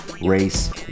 race